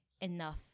enough